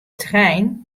trein